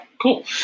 Cool